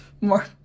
more